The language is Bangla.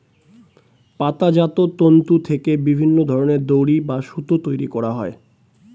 পাতাজাত তন্তু থেকে বিভিন্ন ধরনের দড়ি বা সুতো তৈরি করা হয়